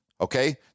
okay